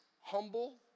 humble